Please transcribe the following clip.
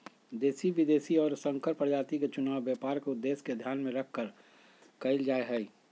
देशी, विदेशी और संकर प्रजाति के चुनाव व्यापार के उद्देश्य के ध्यान में रखकर कइल जाहई